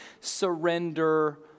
surrender